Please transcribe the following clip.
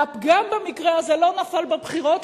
והפגם במקרה הזה לא נפל בבחירות,